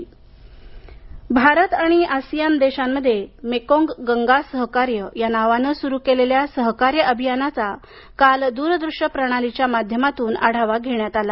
Bharat ASEAN Bharat आणि ASEAN देशांमध्ये Mekong Ganga सहकार्य या नावानं सुरु केलेल्या सहकार्य अभियानाचा काल दूर दृश्य प्रणालीच्या माध्यमातून आढावा घेण्यात आला